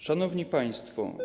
Szanowni Państwo!